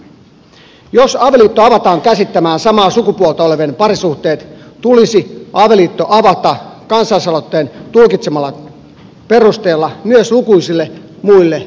jos avioliitto avataan käsittämään samaa sukupuolta olevien parisuhteet tulisi avioliitto avata kansalaisaloitteen tulkitsemalla perusteella myös lukuisille muille ryhmille